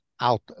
out